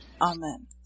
Amen